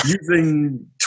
using